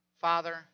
Father